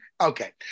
Okay